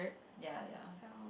ya ya